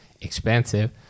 Expensive